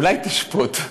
אולי תשפוט?